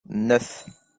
neuf